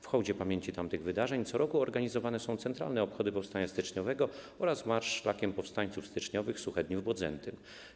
W hołdzie pamięci tamtych wydarzeń co roku organizowane są centralne obchody powstania styczniowego oraz Marsz Szlakiem Powstańców Styczniowych Suchedniów - Bodzentyn.